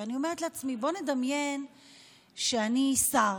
ואני אומרת לעצמי: בואו נדמיין שאני שר.